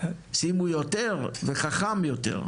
שימו יותר וחכם יותר.